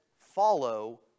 follow